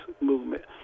Movement